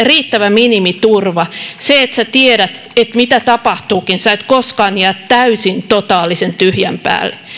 riittävä minimiturva se että tiedät että mitä tapahtuukin et koskaan jää täysin totaalisen tyhjän päälle ja